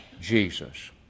Jesus